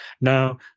Now